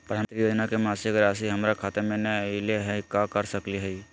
प्रधानमंत्री योजना के मासिक रासि हमरा खाता में नई आइलई हई, का कर सकली हई?